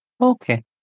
Okay